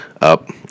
up